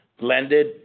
Blended